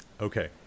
Okay